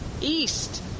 East